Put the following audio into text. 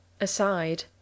Aside